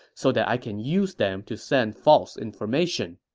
so that i can use them to send false information.